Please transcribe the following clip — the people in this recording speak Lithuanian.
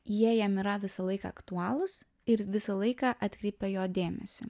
jie jam yra visą laiką aktualūs ir visą laiką atkreipia jo dėmesį